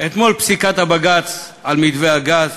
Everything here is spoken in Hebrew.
אתמול פסיקת הבג"ץ על מתווה הגז,